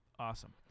Awesome